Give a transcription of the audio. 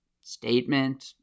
statement